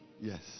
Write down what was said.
Yes